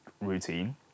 routine